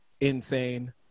insane